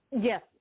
Yes